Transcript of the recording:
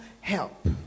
help